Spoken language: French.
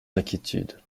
inquiétudes